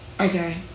Okay